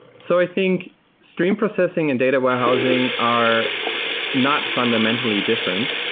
so i think stream processing and data warehousing are not fundamentally different,